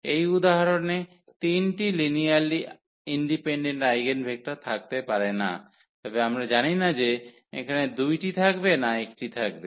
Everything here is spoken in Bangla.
এই উদাহরণে তিনটি লিনিয়ারলি ইন্ডিপেনডেন্ট আইগেনভেক্টর থাকতে পারে না তবে আমরা জানি না যে এখানে 2 টি থাকবে না 1 টি থাকবে